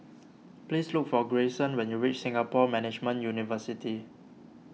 please look for Grayson when you reach Singapore Management University